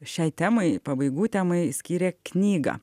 šiai temai pabaigų temai skyrė knygą